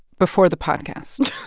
before the podcast